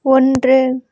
ஒன்று